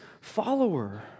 follower